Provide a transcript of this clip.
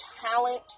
talent